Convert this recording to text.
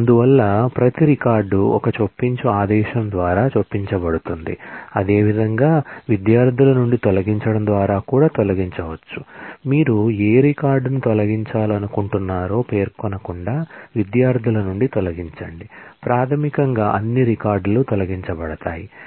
అందువల్ల ప్రతి రికార్డ్ ఒక ఇన్సర్ట్ కమాండ్ ను కూడా